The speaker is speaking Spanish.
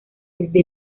desde